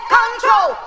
control